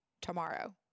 tomorrow